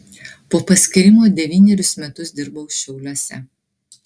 po paskyrimo devynerius metus dirbau šiauliuose